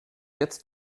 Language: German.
jetzt